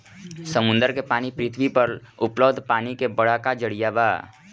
समुंदर के पानी पृथ्वी पर उपलब्ध पानी के बड़का जरिया बा